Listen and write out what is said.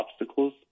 obstacles